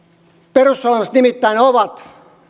perussuomalaiset nimittäin ovat